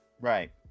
Right